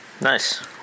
nice